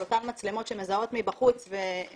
של אותן מצלמות שמזהות מבחוץ ויאפשרו